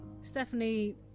Stephanie